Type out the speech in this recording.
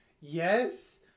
yes